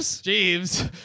Jeeves